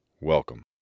Welcome